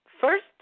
first